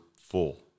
full